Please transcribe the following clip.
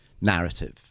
narrative